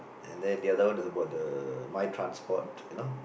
and then the other one is about the my transport you know